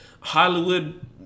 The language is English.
Hollywood